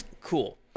cool